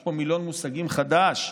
יש פה מילון מושגים חדש.